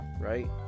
right